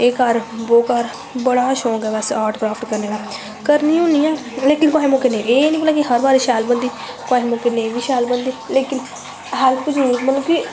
एह् कर बो कर बड़ा शौंक ऐ बैसे आर्ट क्राफ्ट करनें दा करनें होनी आं कुसै मौकै एह् नी भला हर बारी शैल बनदी कुसै मौकै नेंई बी शैल बनदी लेकिन हैल्प मतलव कि